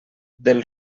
del